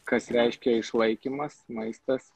kas reiškia išlaikymas maistas